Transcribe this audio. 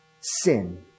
sin